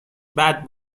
بعد